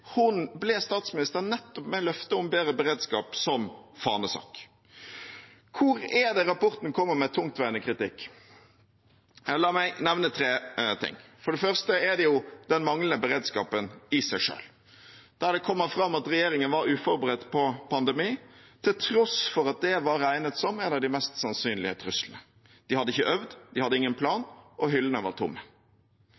hun ble statsminister nettopp med et løfte om bedre beredskap som fanesak. Hvor er det rapporten kommer med tungtveiende kritikk? La meg nevne tre ting: For det første er det jo den manglende beredskapen i seg selv. Det kommer fram at regjeringen var uforberedt på en pandemi, til tross for at det var regnet som en av de mest sannsynlige truslene. De hadde ikke øvd, de hadde ingen plan,